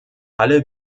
alle